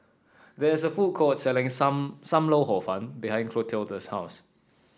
there is a food court selling sam Sam Lau Hor Fun behind Clotilda's house